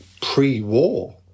pre-war